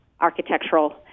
architectural